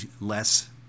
less